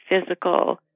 physical